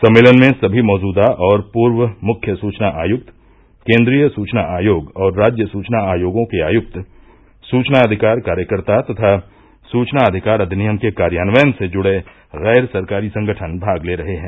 सम्मेलन में सभी मौजूदा और पूर्व मुख्य सूचना आयुक्त केन्द्रीय सूचना आयोग और राज्य सूचना आयोगों के आयुक्त सूचना अधिकार कार्यकर्ता तथा सूचना अधिकार अधिनियम के कार्यान्वयन से जुड़े गैर सरकारी संगठन भाग ले रहे हैं